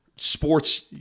Sports